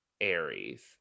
Aries